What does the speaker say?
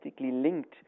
linked